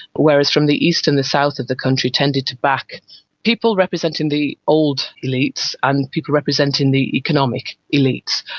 whereas from the east and the south of the country tended to back people representing the old elites and people representing the economic elites.